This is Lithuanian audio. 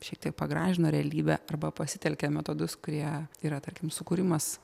šiek tiek pagražino realybę arba pasitelkia metodus kurie yra tarkim sukūrimas